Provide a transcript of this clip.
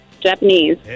Japanese